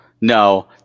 No